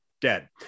Dead